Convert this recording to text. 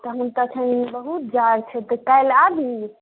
तखन तऽ एखन बहुत जाड़ छै तऽ काल्हि आबू